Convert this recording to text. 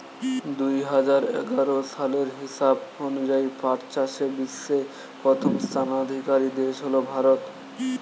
দুহাজার এগারো সালের হিসাব অনুযায়ী পাট চাষে বিশ্বে প্রথম স্থানাধিকারী দেশ হল ভারত